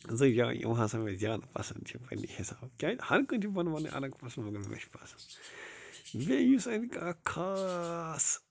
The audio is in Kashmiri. زٕ جایہٕ یِم ہسا مےٚ زیادٕ پسنٛد چھِ پنٕنہِ حِساب کیٛازِ ہر کُنہِ چھُ پنُن پنُن الگ پسنٛد مگر مےٚ چھُ پسنٛد بیٚیہِ یُس اتہِ اکھ خاص